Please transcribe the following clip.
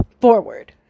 forward